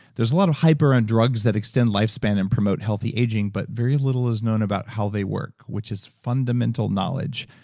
there's a lot of hyper on drugs that expand lifespan and promote healthy aging but very little is known about how they work, which is fundamental knowledge.